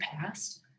past